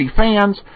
fans